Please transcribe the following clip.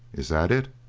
is that it?